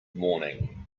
morning